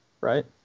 right